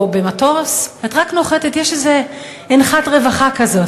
או במטוס, את רק נוחתת, יש איזו אנחת רווחה כזאת.